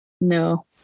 No